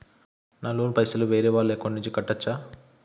నా లోన్ పైసలు వేరే వాళ్ల అకౌంట్ నుండి కట్టచ్చా?